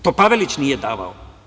To Pavelić nije davao.